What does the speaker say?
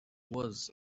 was